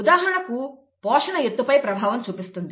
ఉదాహరణకు పోషణ ఎత్తుపై ప్రభావం చూపిస్తుంది